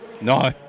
No